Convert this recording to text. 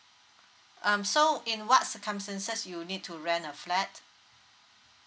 um so in what circumstances you need to rent a flat